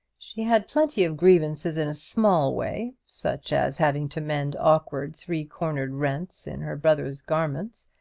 she had plenty of grievances in a small way, such as having to mend awkward three-cornered rents in her brothers' garments,